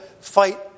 fight